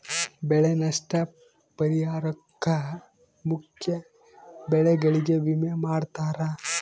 ಬೆಳೆ ನಷ್ಟ ಪರಿಹಾರುಕ್ಕ ಮುಖ್ಯ ಬೆಳೆಗಳಿಗೆ ವಿಮೆ ಮಾಡ್ತಾರ